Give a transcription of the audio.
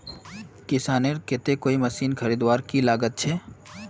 किसानेर केते कोई मशीन खरीदवार की लागत छे?